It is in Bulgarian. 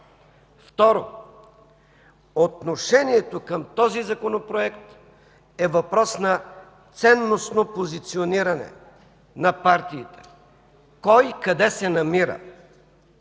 Второ, отношението към този Законопроект е въпрос на ценностно позициониране на партиите – коя къде се намира.